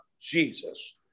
Jesus